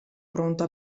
pronto